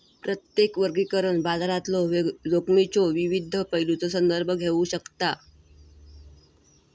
प्रत्येक वर्गीकरण बाजारातलो जोखमीच्यो विविध पैलूंचो संदर्भ घेऊ शकता